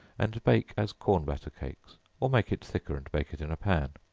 and bake as corn batter cakes, or make it thicker and bake it in a pan.